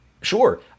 Sure